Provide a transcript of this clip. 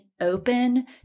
open